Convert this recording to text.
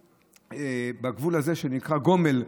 מהמקום הזה, שנקרא גומל.